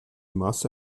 masse